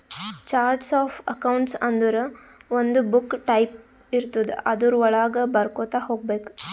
charts of accounts ಅಂದುರ್ ಒಂದು book type ಇರ್ತುದ್ ಅದುರ್ ವಳಾಗ ಬರ್ಕೊತಾ ಹೋಗ್ಬೇಕ್